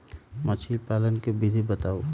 मछली पालन के विधि बताऊँ?